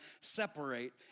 separate